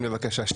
בבקשה.